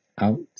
out